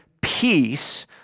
peace